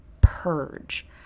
purge